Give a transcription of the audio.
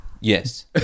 Yes